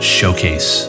Showcase